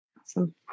Awesome